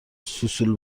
سوسول